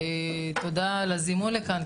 תודה על הזימון לכאן,